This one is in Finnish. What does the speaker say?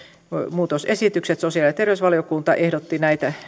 muutosesitykset sosiaali ja terveysvaliokunta